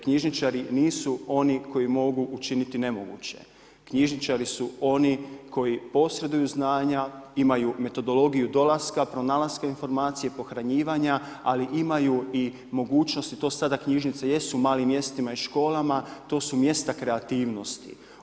Knjižničari nisu oni koji mogu učiniti nemoguće, knjižničari su oni koji posreduju znanja, imaju metodologiju dolaska, pronalaska informacija, pohranjivanja, ali imaju i mogućnosti to sada knjižnice jesu u malim mjestima i školama to su mjesta kreativnosti.